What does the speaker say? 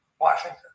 Washington